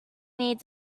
need